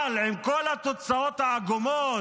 אבל עם כל התוצאות העגומות,